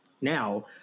now